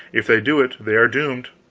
if they do it they are doomed.